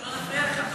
שלא נפריע לך,